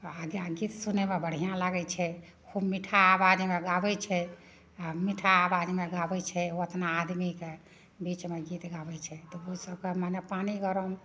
आ गीत सुनैमे बढ़िआँ लागैत छै खूब मीठा आवाजमे गाबै छै आ मीठा आवाजमे गाबै छै ओतना आदमी के बीचमे गीत गाबैत छै तऽ ओहो सबके मने पानि गरम